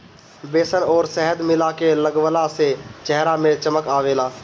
बेसन अउरी शहद मिला के लगवला से चेहरा में चमक आवेला